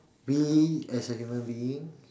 we as a human being